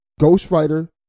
Ghostwriter